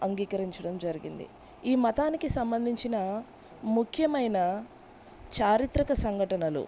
అంగీకరించడం జరిగింది ఈ మతానికి సంబంధించినా ముఖ్యమైన చారిత్రక సంఘటనలు